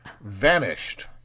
vanished